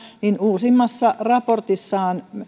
uusimmassa raportissaan